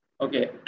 Okay